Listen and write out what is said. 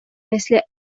مثل